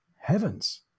heavens